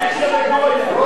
אני, שיקסע זה גויה.